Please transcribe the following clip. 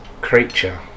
creature